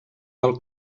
del